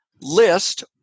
list